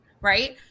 right